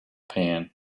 pan